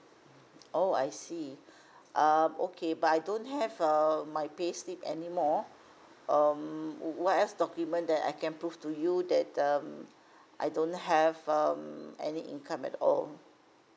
oh I see um okay but I don't have uh my payslip anymore um what else document that I can prove to you that um I don't have um any income at all